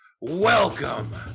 Welcome